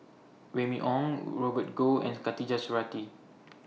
Remy Ong Robert Goh and Khatijah Surattee